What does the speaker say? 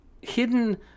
hidden